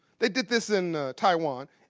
they did this in taiwan.